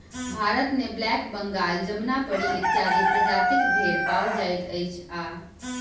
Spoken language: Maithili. भारतमे ब्लैक बंगाल, जमुनापरी इत्यादि प्रजातिक भेंड़ पाओल जाइत अछि आ